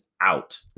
out